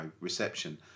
reception